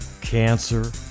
cancer